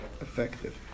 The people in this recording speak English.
effective